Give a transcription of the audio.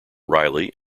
riley